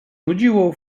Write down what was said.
nudziło